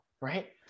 right